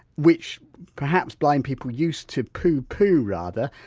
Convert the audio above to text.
which perhaps blind people used to poo poo rather,